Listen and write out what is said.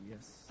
Yes